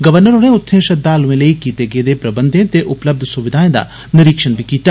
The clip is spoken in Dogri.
गवर्नर होरें उत्थे श्रद्धालुएं लेई कीते गेदे प्रबंधें ते उपलब्ध सुविघाएं दा निरीक्षण बी कीता